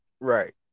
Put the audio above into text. Right